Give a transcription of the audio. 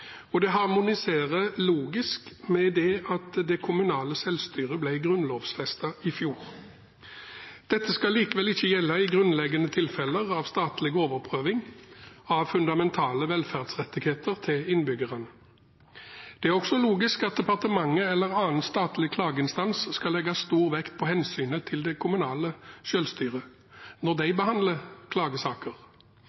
og den harmoniserer logisk med det at det kommunale selvstyret ble grunnlovsfestet i fjor. Dette skal likevel ikke gjelde i grunnleggende tilfeller av statlig overprøving av fundamentale velferdsrettigheter til innbyggerne. Det er også logisk at departementet eller annen statlig klageinstans skal legge stor vekt på hensynet til det kommunale selvstyret når de